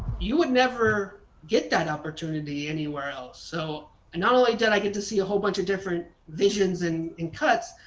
you would never get that opportunity anywhere else, so and not only did i get to see a whole bunch of different visions and and cuts,